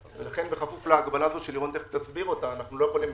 ולכן בכפוף להגבלה הזאת, אנחנו לא יכולים